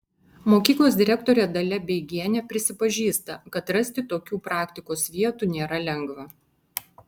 mokyklos direktorė dalia beigienė prisipažįsta kad rasti tokių praktikos vietų nėra lengva